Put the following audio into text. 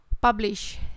Publish